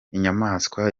inyamaswa